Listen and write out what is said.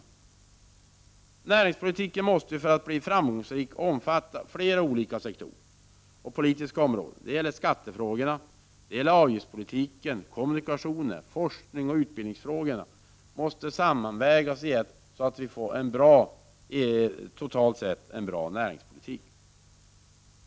Näringspolitiken måste, för att bli framgångsrik, omfatta flera olika sektorer och politiska områden, t.ex. skatteoch avgiftspolitik, kommunikationer, forskning och utbildning. Dessa områden måste sammanvägas så att vi totalt sett får en bra näringspolitik.